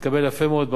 שהתקבל יפה מאוד בעולם,